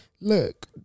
Look